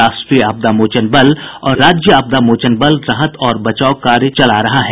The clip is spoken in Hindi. राष्ट्रीय आपदा मोचन बल और राज्य आपदा मोचन बल राहत और बचाव कार्यों लगे हैं